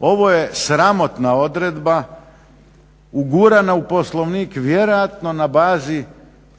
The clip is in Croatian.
Ovo je sramotna odredba ugurana u Poslovnik vjerojatno na bazi